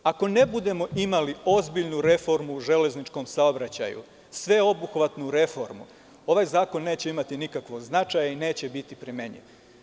Ako ne budemo imali ozbiljnu reformu u železničkom saobraćaju, sveobuhvatnu reformu, ovaj zakon neće imati nikakvog značaja i neće biti primenjiv.